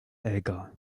aigres